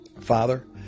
Father